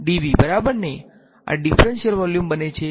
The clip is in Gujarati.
dv બરાબર આ ડિફરન્સિયલ વોલ્યુમ બને છે